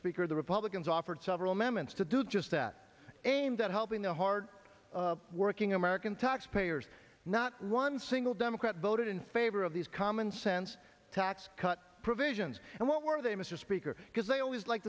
speaker the republicans offered several moments to do just that aimed at helping the hard working american taxpayers not one single democrat voted in favor of these commonsense tax cut provisions and what were they mr speaker because they always like